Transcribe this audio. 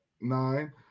nine